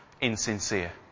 insincere